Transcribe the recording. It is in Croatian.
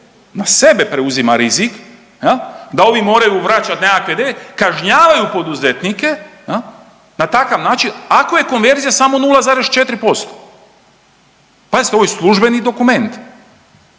na sebe preuzima rizik, da ovi moraju vraćati nekakve ne, kažnjavaju poduzetnike, na takav način, ako je konverzija samo 0,04%. Pazite, ovo je službeni dokument.